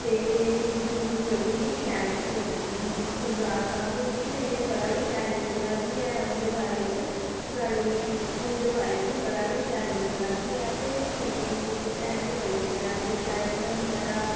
ते ऐ मिगी बड़ी शैल बुक लग्गी ही गुलजार साहब हुदीं इ'नें बड़ा शैल लिखे दा आ बी उ'दें बारे च गालिब हुदें बारे च बड़ा गै शैल लिखे दा ऐ कन्नै ऐ बुक है गै बड़ी शैल ऐ शायरी बगैरा